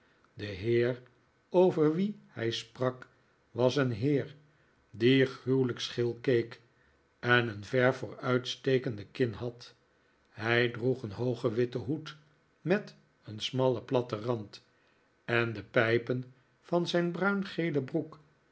de heer over wien hij sprak was een heer die gruwelijk scheel keek en een ver vooruitstekende kin had hij droeg een hoogen witten hoed met een smallen platten rand en de pijpen van zijn bruingele broek